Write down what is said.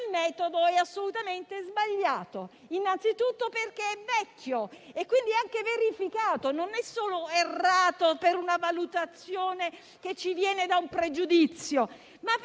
metodo è assolutamente sbagliato. Innanzitutto è un metodo vecchio e quindi anche verificato, non è solo errato per una valutazione che ci viene da un pregiudizio. Esso